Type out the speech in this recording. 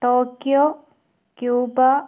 Tokyo Cuba